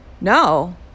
no